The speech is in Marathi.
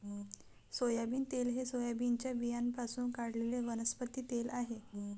सोयाबीन तेल हे सोयाबीनच्या बियाण्यांपासून काढलेले वनस्पती तेल आहे